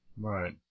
right